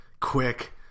quick